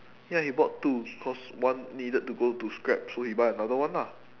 ya he bought two cause one needed to go to scrap so he buy another one lah